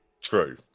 true